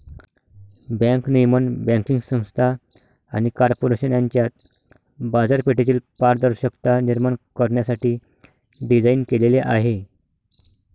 bank नियमन banking संस्था आणि कॉर्पोरेशन यांच्यात बाजारपेठेतील पारदर्शकता निर्माण करण्यासाठी डिझाइन केलेले आहे